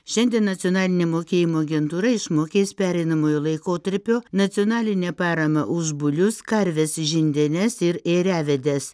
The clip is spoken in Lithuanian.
šiandien nacionalinė mokėjimo agentūra išmokės pereinamojo laikotarpio nacionalinę paramą už bulius karves žindenes ir ėriavedes